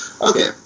Okay